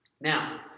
Now